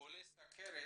חולי סוכרת